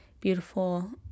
beautiful